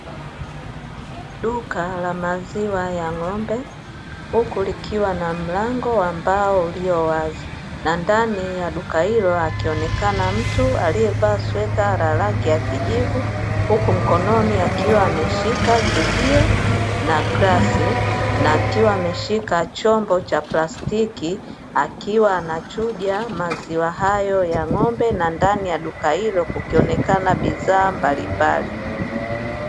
Duka la maziwa ya ng’ombe, huku likiwa na mlango wa mbao ulio wazi. Na ndani ya duka hilo akionekana mtu aliyevaa sweta la rangi ya kijivu, huku mkononi akiwa ameshika chujio na glasi, na akiwa ameshika chombo cha plastiki; akiwa anachuja maziwa hayo ya ng’ombe. Na ndani ya duka hilo kukionekana bidhaa mbalimbali.